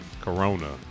corona